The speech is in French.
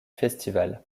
festival